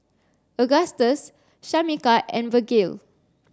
Agustus Shamika and Virgle